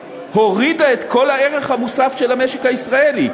הורידה את כל הערך המוסף של המשק הישראלי,